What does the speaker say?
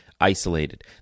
isolated